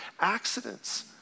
accidents